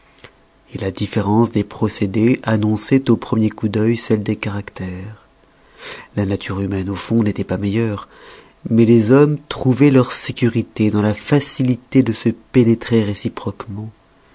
la différence des procédés annonçoit au premier coup dœil celle des caractères la nature humaine au fond n'étoit pas meilleure mais les hommes trouvoient leur sécurité dans la facilité de se pénétrer réciproquement